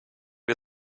wir